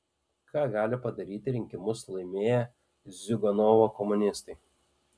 ką gali padaryti rinkimus laimėję ziuganovo komunistai